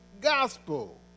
gospel